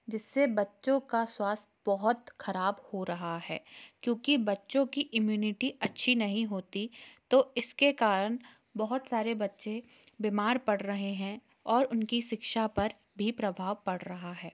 जिससे बच्चों का स्वास्थ्य बहुत ख़राब हो रहा है क्योंकि बच्चों की इम्यूनिटी अच्छी नहीं होती तो इसके कारण बहुत सारे बच्चे बीमार पड़ रहे हैं और उनकी शिक्षा पर भी प्रभाव पड़ रहा है